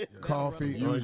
Coffee